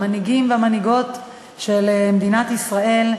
המנהיגים והמנהיגות של מדינת ישראל,